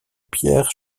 pierre